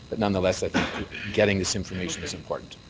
but nonetheless getting this information is important.